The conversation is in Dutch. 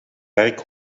werk